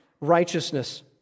righteousness